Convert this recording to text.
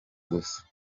gusa